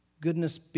Goodness